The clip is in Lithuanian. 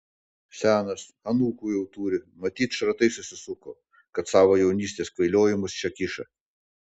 senas anūkų jau turi matyt šratai susisuko kad savo jaunystės kvailiojimus čia kiša